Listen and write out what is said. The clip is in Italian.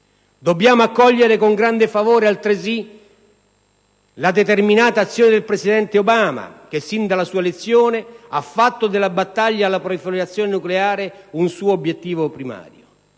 Dobbiamo accogliere con grande favore, altresì, la determinata azione del presidente Obama che sin dalla sua elezione ha fatto della battaglia alla non proliferazione nucleare un suo obiettivo primario.